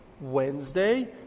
Wednesday